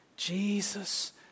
Jesus